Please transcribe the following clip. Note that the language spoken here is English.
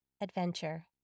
adventure